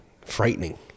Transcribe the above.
frightening